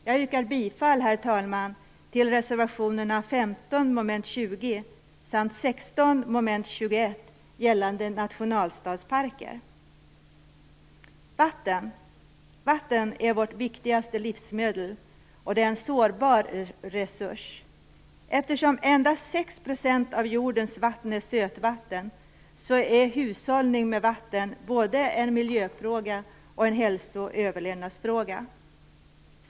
Jag yrkar bifall, herr talman, till reservationerna Vatten är vårt viktigaste livsmedel. Det är en sårbar resurs. Eftersom endast 6 % av jordens vatten är sötvatten är hushållning med vatten både en miljöfråga och en hälso och överlevnadsfråga.